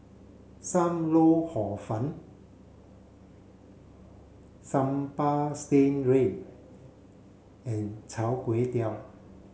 Sam Lau Hor Fun Sambal Stingray and Chai Kuay Tow